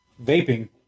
vaping